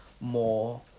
more